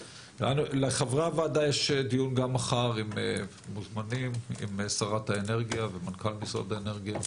לחברי הוועדה יש דיון גם מחר עם שרת האנרגיה ומנכ"ל משרד האנרגיה.